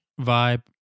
vibe